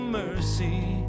mercy